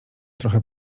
trochę